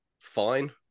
fine